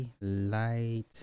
light